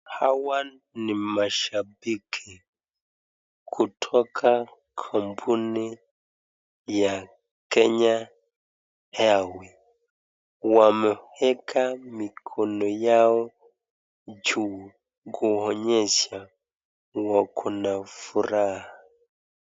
Hawa ni mashabiki kutoka kampuni ya kenya airway wameeka mikono yao juu kuonyesha wako na furaha.